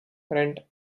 rent